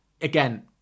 Again